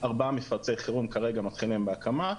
ארבעה מפרצי חירום כרגע מתחילים בהקמה,